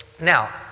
Now